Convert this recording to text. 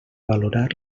valorar